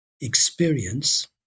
experience